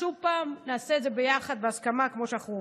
שוב, נעשה את זה ביחד, בהסכמה, כמו שאנחנו עובדים.